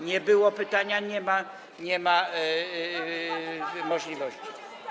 Nie było pytania, nie ma takiej możliwości.